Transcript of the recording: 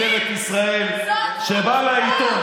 זאת חוצפה.